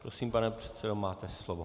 Prosím, pane předsedo, máte slovo.